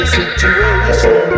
situation